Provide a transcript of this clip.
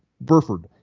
Burford